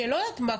שלא יודעת מה,